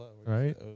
right